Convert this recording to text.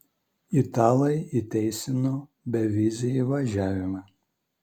italai įteisino bevizį įvažiavimą